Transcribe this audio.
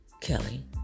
Kelly